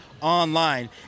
online